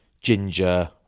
ginger